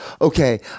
okay